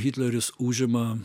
hitleris užima